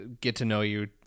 get-to-know-you